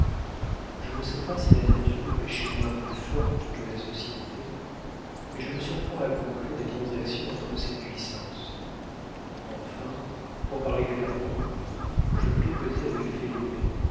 je ne sais pas si la nature est chez moi plus forte que la société mais je me surprends à conclure des transactions entre ces puissances enfin pour parler clairement je voulais causer avec